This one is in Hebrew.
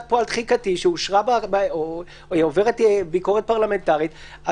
פועל תחיקתי שעוברת ביקורת פרלמנטרית.